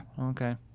Okay